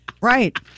Right